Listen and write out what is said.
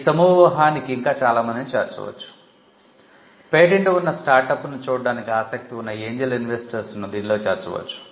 ఈ సమూహానికి ఇంకా చాలా మందిని చేర్చవచ్చు పేటెంట్ ఉన్న స్టార్టప్ను చూడటానికి ఆసక్తి ఉన్న angel investors ను దీనిలో చేర్చవచ్చు